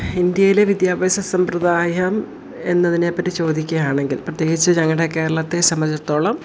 ഇന്ത്യയിലെ വിദ്യാഭ്യാസ സമ്പ്രദായം എന്നതിനേപ്പറ്റി ചോദിക്കുകയാണെങ്കിൽ പ്രത്യേകിച്ച് ഞങ്ങളുടെ കേരളത്തെ സംബന്ധിച്ചിടത്തോളം